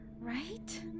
right